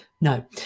no